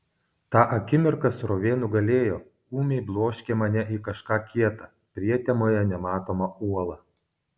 tą akimirką srovė nugalėjo ūmiai bloškė mane į kažką kieta prietemoje nematomą uolą